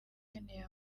ukeneye